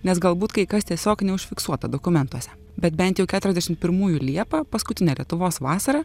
nes galbūt kai kas tiesiog neužfiksuota dokumentuose bet bent jau keturiasdešimt pirmųjų liepą paskutinę lietuvos vasarą